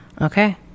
Okay